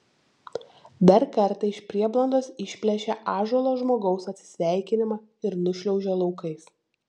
dar kartą iš prieblandos išplėšia ąžuolo žmogaus atsisveikinimą ir nušliaužia laukais